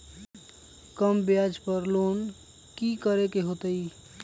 कम ब्याज पर लोन की करे के होतई?